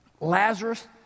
Lazarus